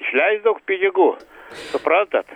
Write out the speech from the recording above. išleist daug pinigų suprantat